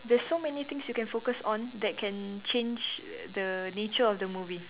there's so many things you can focus on that can change the nature of the movie